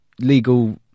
Legal